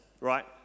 right